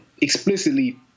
explicitly